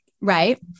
right